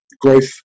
Growth